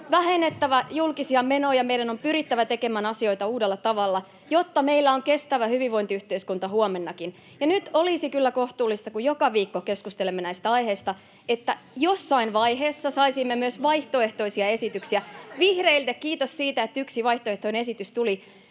vähennettävä julkisia menoja, ja meidän on pyrittävä tekemään asioita uudella tavalla, jotta meillä on kestävä hyvinvointiyhteiskunta huomennakin. Ja nyt olisi kyllä kohtuullista, kun joka viikko keskustelemme näistä aiheista, että jossain vaiheessa saisimme myös vaihtoehtoisia esityksiä. Vihreille kiitos siitä, että yksi vaihtoehtoinen esitys tuli: